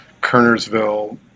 Kernersville